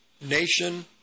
nation